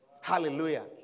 Hallelujah